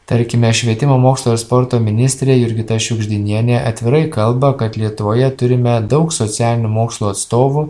tarkime švietimo mokslo ir sporto ministrė jurgita šiugždinienė atvirai kalba kad lietuvoje turime daug socialinių mokslų atstovų